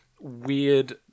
weird